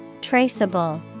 Traceable